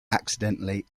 accidentally